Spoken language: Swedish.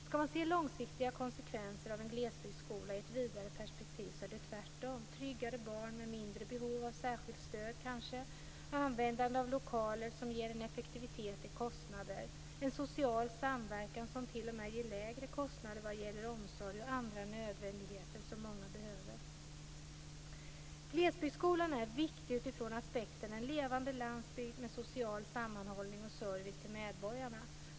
Skall man se långsiktiga konsekvenser av en glesbygdsskola i ett vidare perspektiv, så är det tvärtom: tryggare barn med mindre behov av särskilt stöd kanske, användande av lokaler som ger en effektivitet i kostnader, en social samverkan som t.o.m. ger lägre kostnader vad gäller omsorg och andra nödvändigheter som många behöver. Glesbygdsskolan är viktig utifrån aspekten en levande landsbygd med social sammanhållning och service till medborgarna.